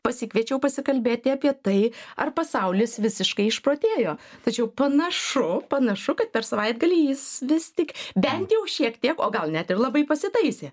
pasikviečiau pasikalbėti apie tai ar pasaulis visiškai išprotėjo tačiau panašu panašu kad per savaitgalį jis vis tik bent jau šiek tiek o gal net ir labai pasitaisė